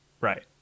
right